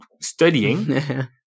studying